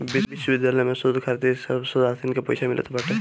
विश्वविद्यालय में शोध खातिर सब शोधार्थीन के पईसा मिलत बाटे